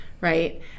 right